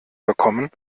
bekommen